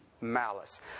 malice